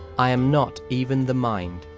i'm not even the mind.